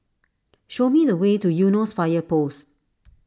show me the way to Eunos Fire Post